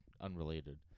unrelated